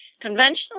Conventional